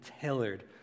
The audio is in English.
tailored